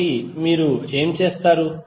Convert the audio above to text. కాబట్టి మీరు ఏమి చేస్తారు